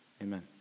Amen